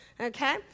okay